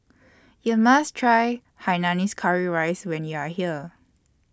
YOU must Try Hainanese Curry Rice when YOU Are here